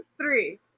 three